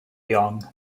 young